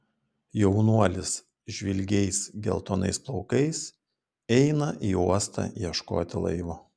jaunuolis žvilgiais geltonais plaukais eina į uostą ieškoti laivo